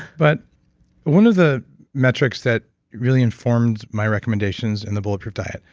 but one of the metrics that really informed my recommendations in the bulletproof diet.